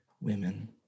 women